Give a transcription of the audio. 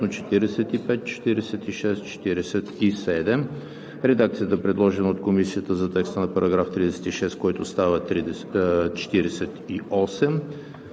45, 46 и 47; редакцията, предложена от Комисията за текста на § 36, който става §